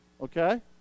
Okay